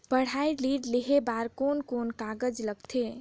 पढ़ाई ऋण लेहे बार कोन कोन कागज लगथे?